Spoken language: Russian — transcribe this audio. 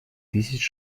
тысяч